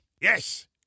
Yes